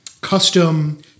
custom